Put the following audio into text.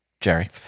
Jerry